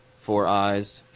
four ayes,